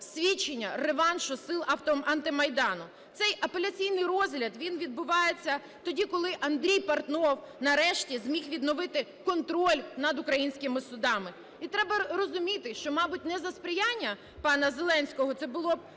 свідчення реваншу сил антимайдану. Цей апеляційний розгляд, він відбувається тоді, коли Андрій Портнов нарешті зміг відновити контроль над українськими судами. І треба розуміти, що мабуть не за сприяння пана Зеленського, це було б